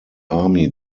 army